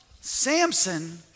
Samson